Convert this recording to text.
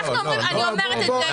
אני אומרת את זה.